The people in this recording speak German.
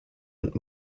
und